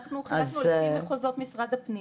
אנחנו חילקנו לפי מחוזות משרד הפנים.